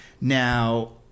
Now